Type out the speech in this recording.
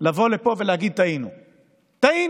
לבוא לפה ולהגיד: טעינו.